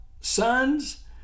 sons